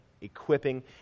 equipping